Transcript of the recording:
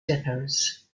depots